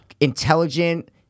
intelligent